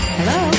Hello